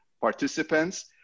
participants